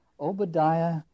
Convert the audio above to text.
Obadiah